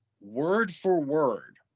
word-for-word